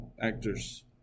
actors